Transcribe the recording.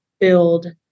build